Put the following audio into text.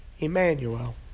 Emmanuel